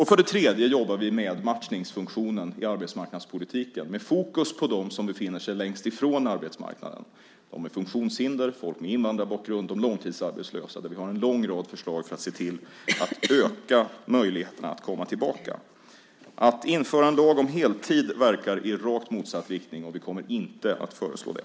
För det tredje jobbar vi med matchningsfunktionen i arbetsmarknadspolitiken med fokus på dem som befinner sig längst ifrån arbetsmarknaden: människor med funktionshinder, människor med invandrarbakgrund och långtidsarbetslösa. Vi har en lång rad förslag för att se till att öka möjligheterna att komma tillbaka. Att införa en lag om heltid verkar i rakt motsatt riktning, och vi kommer inte att föreslå det.